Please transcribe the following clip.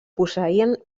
posseïen